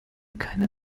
keine